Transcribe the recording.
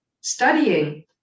studying